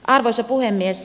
arvoisa puhemies